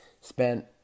spent